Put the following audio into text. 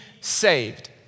saved